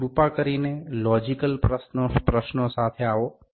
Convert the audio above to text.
તેથી કૃપા કરીને લોજિકલ પ્રશ્નો સાથે આવો